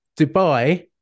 Dubai